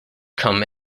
come